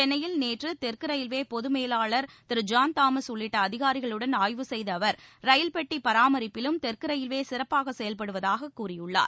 சென்னையில் ரயில்வே நேற்று தெற்கு பொது மேலாளர் திரு ஜான் தாமஸ் உள்ளிட்ட அதிகாரிகளுடன் ஆய்வு செய்த அவர் ரயில் பெட்டி பராமரிப்பிலும் தெற்கு ரயில்வே சிறப்பாக செயல்படுவதாகக் கூறியுள்ளார்